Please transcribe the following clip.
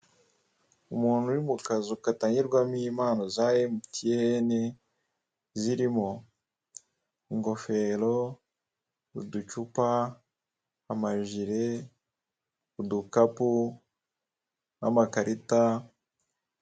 Umuntu uri mu kazu gatangirwamo impano ka emutiyene, zirimo: ingofero, uducupa, amajire, udukapu n'amakarita.